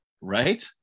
Right